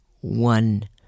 one